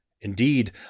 Indeed